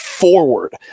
forward